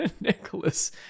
Nicholas